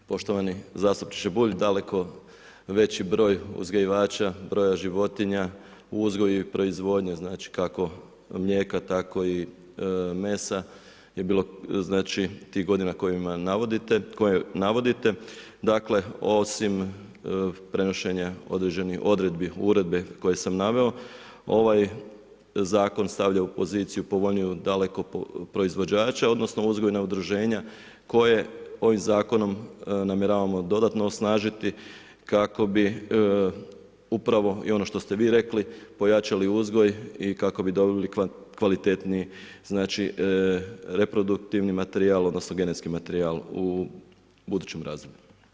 Poštovani zastupniče Bulj, daleko veći broj uzgajivača broja životinja u uzgoju i proizvodnji, znači kako mlijeka tako i mesa je bilo tih godina koje navodite, dakle osim prenošenja određenih odredbi uredbe koju sam naveo, ovaj zakon stavlja u poziciju povoljniju daleko proizvođača odnosno uzgojna udruženja koje ovim zakonom namjeravamo dodatno osnažiti kako bi upravo i ono što ste vi rekli, pojačali uzgoj i kako bi dobili kvalitetniji reproduktivni materijal odnosno genetski materijal u budućem razdoblju.